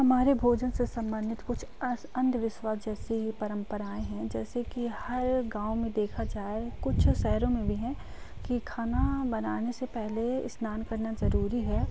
हमारे भोजन से सम्बंधित कुछ अंधविश्वास जैसी परम्पराएँ हैं जैसे कि हर गाँव में देखा जाए कुछ शहरों में भी हैं कि खाना बनाने से पहले स्नान करना ज़रूरी है